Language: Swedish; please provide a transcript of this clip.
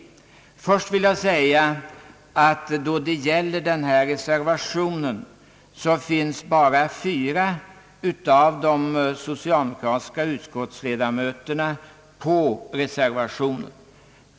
Först vill jag nämna att endast fyra av de socialdemokratiska utskottsledamöterna finns med på reservationen.